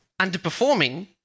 underperforming